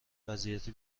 وضعیت